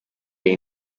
iyi